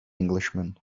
englishman